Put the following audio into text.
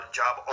job